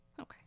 Okay